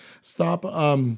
Stop